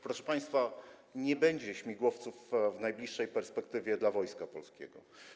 Proszę państwa, nie będzie śmigłowców w najbliższej perspektywie dla Wojska Polskiego.